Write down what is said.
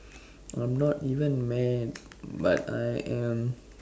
I'm not even mad but I am